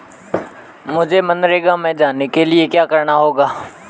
मुझे मनरेगा में जाने के लिए क्या करना होगा?